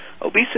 Obesity